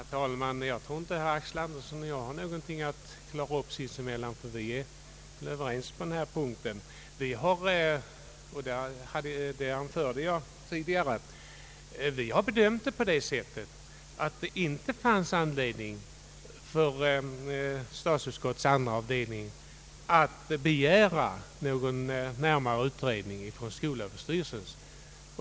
Herr talman! Jag tror inte herr Axel Andersson och jag har något att klara upp oss emellan, eftersom vi är överens på denna punkt. Jag anförde tidigare att vi har bedömt saken så att det inte fanns anledning för statsutskottets andra avdelning att begära någon närmare utredning från skolöverstyrelsen.